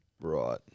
right